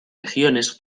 regiones